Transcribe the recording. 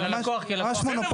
אבל הלקוח כלקוח --- בסדר,